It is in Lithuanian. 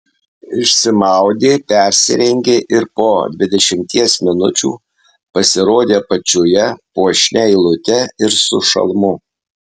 išsimaudė persirengė ir po dvidešimties minučių pasirodė apačioje puošnia eilute ir su šalmu